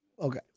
Okay